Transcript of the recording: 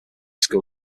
school